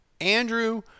Andrew